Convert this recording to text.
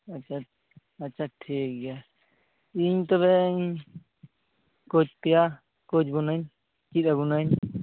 ᱟᱪᱪᱷᱟ ᱟᱪᱪᱷᱟ ᱴᱷᱤᱠ ᱜᱮᱭᱟ ᱤᱧ ᱛᱚᱵᱮᱧ ᱠᱳᱪ ᱯᱮᱭᱟ ᱠᱳᱪ ᱵᱚᱱᱟᱹᱧ ᱪᱮᱫ ᱟᱵᱚᱱᱟᱹᱧ